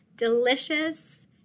delicious